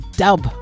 dub